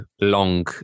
long